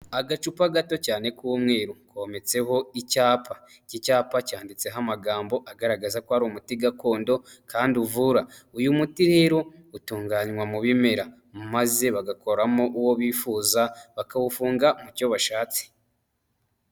Agacupa gato cyane k'umweru kometseho icyapa, iki cyapa cyanditseho amagambo agaragaza ko ari umuti gakondo kandi uvura. Uyu muti rero utunganywa mu bimera, maze bagakoramo uwo bifuza bakawufunga mu cyo bashatse.